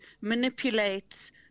manipulate